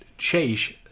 chase